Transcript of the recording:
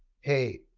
Hey